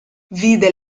vide